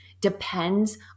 depends